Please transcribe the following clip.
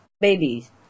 babies